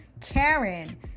Karen